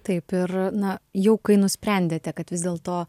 taip ir na jau kai nusprendėte kad vis dėlto